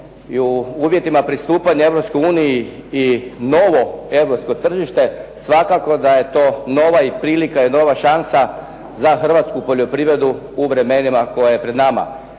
i u uvjetima pristupanja Europskoj uniji i novo europsko tržište svakako da je to nova i prilika i nova šansa za hrvatsku poljoprivredu u vremenima koja su pred nama.